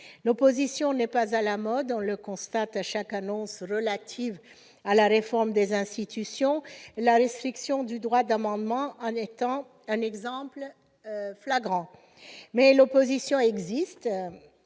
L'opposition n'est pas à la mode ; on le constate à chaque annonce relative à la réforme des institutions, et la restriction du droit d'amendement en est un exemple flagrant. Mais l'opposition existe